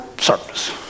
service